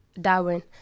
Darwin